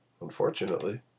unfortunately